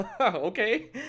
Okay